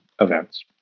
events